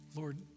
Lord